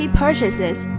purchases